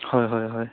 হয় হয় হয়